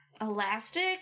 elastic